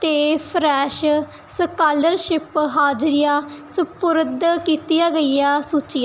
'ਤੇ fresh scholarship ਹਾਜਰੀਆਂ ਸਪੁਰਦ ਕੀਤੀਆਂ ਗਈਆਂ ਸੂਚੀ